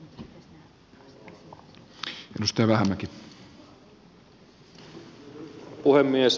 kunnioitettu puhemies